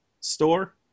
store